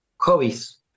Hobbies